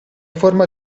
forma